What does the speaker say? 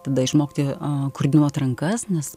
tada išmokti koordinuot rankas nes